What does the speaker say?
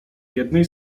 jednej